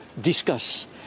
discuss